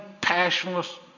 passionless